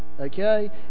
Okay